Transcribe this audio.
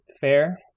fair